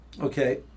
Okay